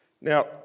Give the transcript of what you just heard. Now